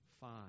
five